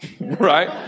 right